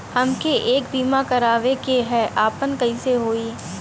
हमके एक बीमा करावे के ह आपन कईसे होई?